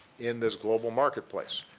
in this global marketplace.